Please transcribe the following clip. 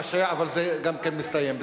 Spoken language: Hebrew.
וגם משעשע, אבל זה גם כן מסתיים בזה.